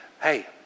Hey